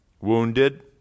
Wounded